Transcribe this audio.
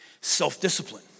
Self-discipline